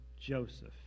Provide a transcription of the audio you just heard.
Joseph